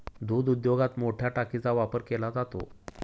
दूध उद्योगात मोठया टाकीचा वापर केला जातो